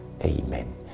Amen